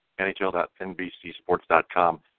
NHL.NBCSports.com